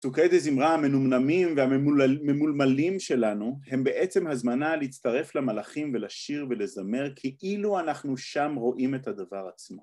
‫תוקעי דה זמרה המנומנמים ‫והממולמלים שלנו ‫הם בעצם הזמנה להצטרף למלאכים ‫ולשיר ולזמר ‫כאילו אנחנו שם רואים את הדבר עצמו.